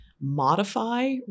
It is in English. modify